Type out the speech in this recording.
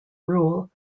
rule